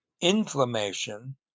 inflammation